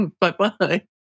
bye-bye